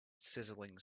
sizzling